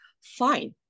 Fine